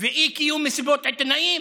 ואי-קיום מסיבות עיתונאים?